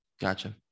Gotcha